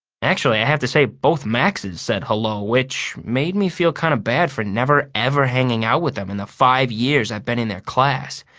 actually, i have to say both maxes said hello, which made me feel kind of bad for never, ever hanging out with them in the five years i've been in their class.